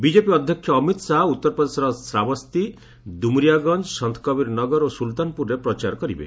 BJP ଅଧ୍ୟକ୍ଷ ଅମିତ ଶାହା ଉତ୍ତର ପ୍ରଦେଶର ଶ୍ରାବସ୍ତୀ ଦୁମୁରିଆଗଞ୍ଜ ସନ୍ଥକବୀର ନଗର ଓ ସ୍କୁଲତାନପୁରରେ ପ୍ରଚାର କରିବେ